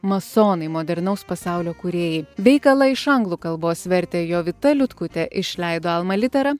masonai modernaus pasaulio kūrėjai veikalą iš anglų kalbos vertė jovita liutkutė išleido alma litera